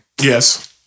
Yes